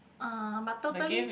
uh but totally